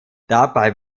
dabei